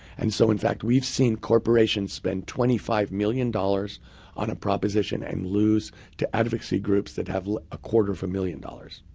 and so in fact, we've seen corporations spend twenty five million dollars on a proposition and lose to advocacy groups that have a quarter of a million dollars.